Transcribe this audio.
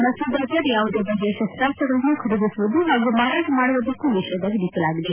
ಮಸೂದ್ ಅಜರ್ ಯಾವುದೇ ಬಗೆಯ ಶಸ್ತಾಸ್ತಗಳನ್ನು ಖರೀದಿಸುವುದು ಹಾಗೂ ಮಾರಾಟ ಮಾಡುವುದಕ್ಕೂ ನಿಷೇಧ ವಿಧಿಸಲಾಗಿದೆ